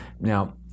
Now